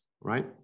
right